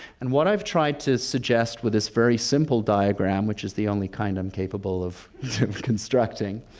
and what i've tried to suggest with this very simple diagram, which is the only kind i'm capable of constructing,